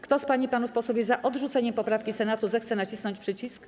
Kto z pań i panów posłów jest za odrzuceniem poprawki Senatu, zechce nacisnąć przycisk.